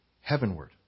heavenward